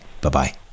Bye-bye